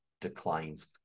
declines